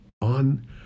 on